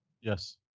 Yes